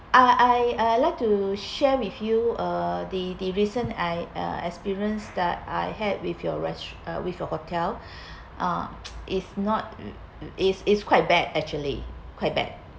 I I I like to share with you uh the the recent I uh experience that I had with your res~ uh with your hotel uh is not is is quite bad actually quite bad